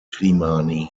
grimani